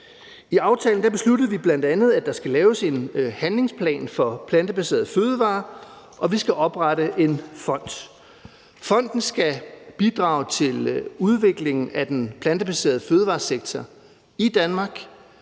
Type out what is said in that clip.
I aftalen besluttede vi bl.a., at der skal laves en handlingsplan for plantebaserede fødevarer, og at vi skal oprette en fond. Fonden skal bidrage til udviklingen af den plantebaserede fødevaresektor i Danmark,